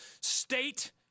state